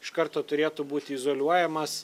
iš karto turėtų būti izoliuojamas